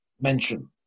mention